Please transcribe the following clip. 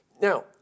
Now